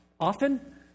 Often